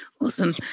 Awesome